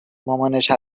مامانش